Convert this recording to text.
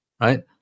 right